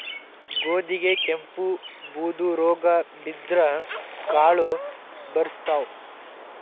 ಗೋಧಿಗೆ ಕೆಂಪು, ಬೂದು ರೋಗಾ ಬಿದ್ದ್ರ ಕಾಳು ಬರ್ಸತಾವ